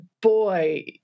boy